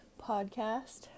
podcast